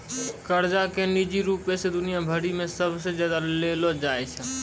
कर्जा के निजी रूपो से दुनिया भरि मे सबसे ज्यादा लेलो जाय छै